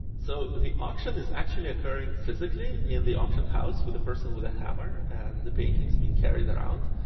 so the auction is actually occurring physically in the auction house with a person with a hammer and the paintings being carried around.